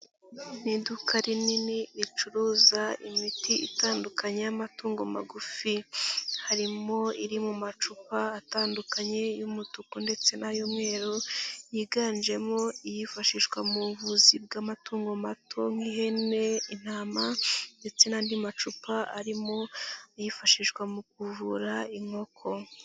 Ni iduka rinini ricuruza imiti itandukanye y'amatungo magufi, harimo iri mu macupa atandukanye y'umutuku ndetse n'ay'umweru yiganjemo iyifashishwa mu buvuzi bw'amatungo mato nk'ihene, intama ndetse n'andi macupa arimo ayifashishwa mu kuvura inkoko.